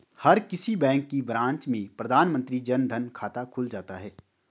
हर किसी बैंक की ब्रांच में प्रधानमंत्री जन धन खाता खुल जाता है